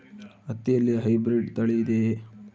ಹತ್ತಿಯಲ್ಲಿ ಹೈಬ್ರಿಡ್ ತಳಿ ಇದೆಯೇ?